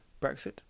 Brexit